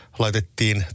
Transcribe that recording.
laitettiin